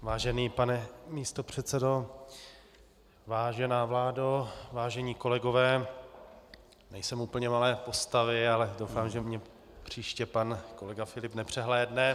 Vážený pane místopředsedo, vážená vládo, vážení kolegové, nejsem úplně malé postavy, ale doufám, že mě příště pan kolega Filip nepřehlédne.